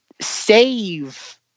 save